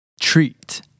treat